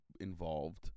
involved